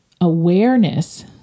awareness